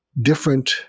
different